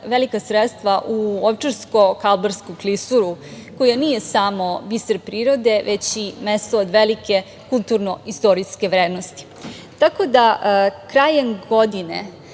velika sredstva u Ovčarsko-kablarsku klisuru koja nije samo biser prirode, već i mesto od velike kulturnoistorijske vrednosti. Krajem godine